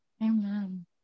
Amen